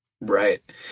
Right